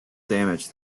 damage